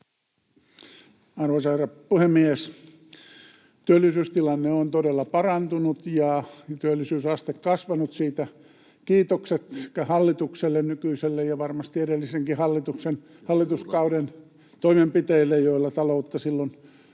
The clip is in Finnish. Arvoisa herra puhemies! Työllisyystilanne on todella parantunut ja työllisyysaste kasvanut — siitä kiitokset nykyiselle hallitukselle ja varmasti edellisenkin hallituskauden toimenpiteille, joilla taloutta silloin